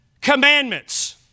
commandments